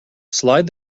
slide